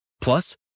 Plus